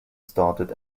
started